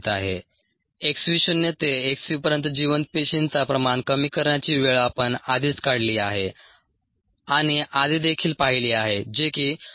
x v शून्य ते x v पर्यंत जिवंत पेशींचा प्रमाण कमी करण्याची वेळ आपण आधीच काढली आहे आणि आधी देखील पाहिली आहे जे की 2